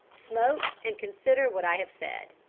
smoke and consider what i have said.